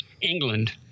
England